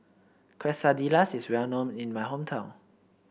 quesadillas is well known in my hometown